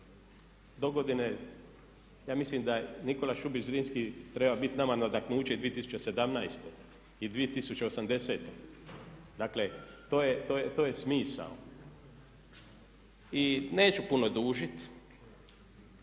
dogodine ja mislim da Nikola Šubić Zrinski treba biti nama nadahnuće i 2017. i 2080. Dakle, to je smisao. I neću puno dužiti